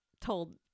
told